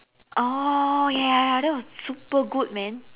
oh ya ya ya that was super good man